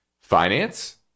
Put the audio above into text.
Finance